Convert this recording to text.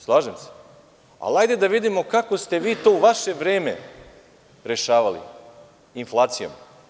Slažem se, ali hajde da vidimo kako ste vi to u vaše vreme rešavali - inflacijom.